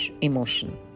emotion